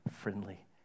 friendly